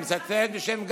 אני מצטט בשם גנץ.